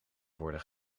worden